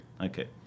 Okay